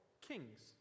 kings